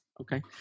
okay